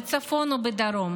בצפון ובדרום,